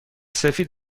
سفید